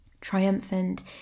triumphant